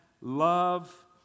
love